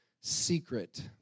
secret